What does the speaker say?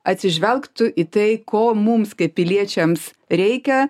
atsižvelgtų į tai ko mums kaip piliečiams reikia